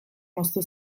moztu